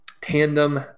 tandem